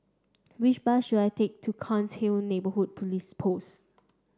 which bus should I take to Cairnhill Neighbourhood Police Post